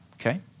Okay